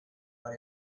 what